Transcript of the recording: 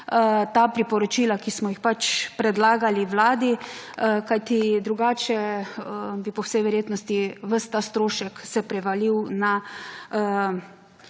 ta priporočila, ki smo jih pač predlagali vladi, kajti drugače bi po vsej verjetnosti ves ta strošek se prevalil na